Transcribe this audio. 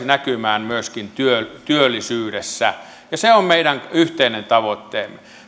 näkymään myöskin työllisyydessä ja se on meidän yhteinen tavoitteemme me olemme